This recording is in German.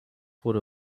wurde